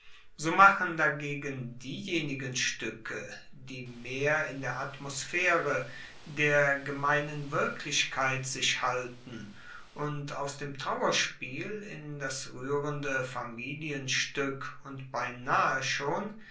so machen dagegen diejenigen stuecke die mehr in der atmosphaere der gemeinen wirklichkeit sich halten und aus dem trauerspiel in das ruehrende familienstueck und beinahe schon